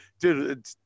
dude